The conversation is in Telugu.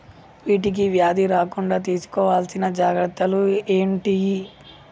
వీటికి వ్యాధి రాకుండా తీసుకోవాల్సిన జాగ్రత్తలు ఏంటియి?